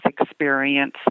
experience